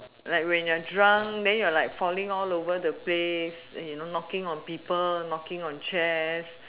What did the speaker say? like when your drunk then you are like you falling all over the place then you know knocking on people knocking on chairs